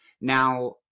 Now